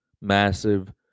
Massive